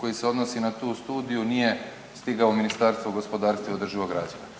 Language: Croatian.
koji se odnosi na tu studiju nije stigao u Ministarstvo gospodarstva i održivog razvoja.